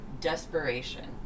desperation